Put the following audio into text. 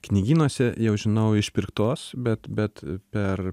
knygynuose jau žinau išpirktos bet bet per